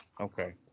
okay